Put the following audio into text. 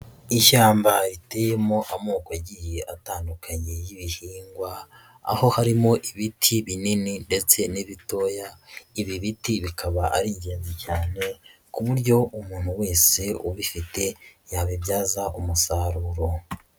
Ishyamba riteyemo amoko agiye atandukanye y'ibihingwa, aho harimo ibiti binini ndetse n'ibitoya. Ibi biti bikaba ari ingenzi cyane ku buryo umuntu wese ubifite yabibyaza umusaruro.